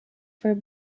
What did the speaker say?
for